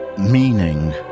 meaning